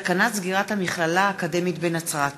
סכנת סגירת המכללה האקדמית בנצרת.